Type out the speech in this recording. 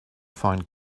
find